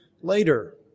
later